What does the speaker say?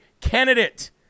candidate